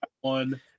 one